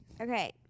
Okay